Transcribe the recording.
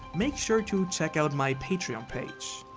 make sure to check out my patreon page.